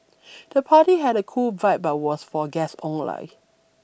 the party had a cool vibe but was for guests only